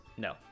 No